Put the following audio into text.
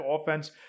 offense